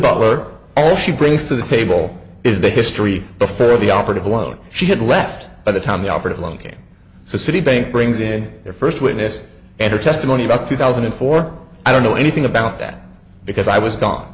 work all she brings to the table is the history before the operative one she had left by the time the operative longin so citibank brings in their first witness and her testimony about two thousand and four i don't know anything about that because i was gone